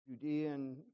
Judean